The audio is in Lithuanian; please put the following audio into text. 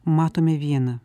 matome vieną